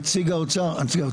נציג האוצר?